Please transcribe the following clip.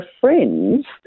friends